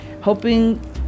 hoping